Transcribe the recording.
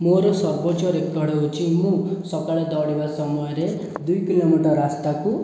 ମୋର ସର୍ବୋଚ୍ଚ ରେକର୍ଡ଼ ହେଉଛି ମୁଁ ସକାଳ ଦୌଡ଼ିବା ସମୟରେ ଦୁଇ କିଲୋମିଟର୍ ରାସ୍ତାକୁ